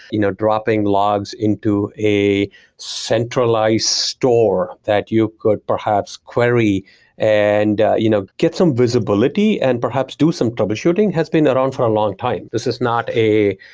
you know dropping logs into a centralized store that you could perhaps query and you know get some visibility and perhaps do some troubleshooting has been around for a longtime. this is not a